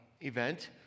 event